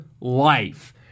life